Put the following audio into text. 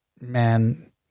man